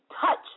touch